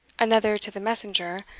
another to the messenger,